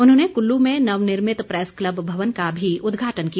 उन्होंने कुल्लू में नवनिर्मित प्रैस क्लब भवन का भी उद्घाटन किया